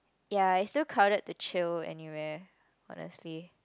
ya it's too crowded to chill anywhere honestly